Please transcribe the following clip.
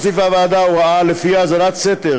הוסיפה הוועדה הוראה ולפיה האזנת סתר